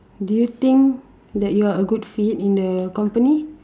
do you think that you are a good fit in the company